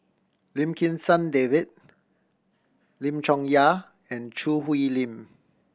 Lim Kim San David Lim Chong Yah and Choo Hwee Lim